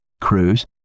cruise